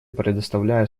предоставляю